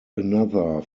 another